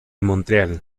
montreal